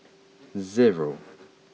zero